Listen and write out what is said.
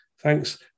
Thanks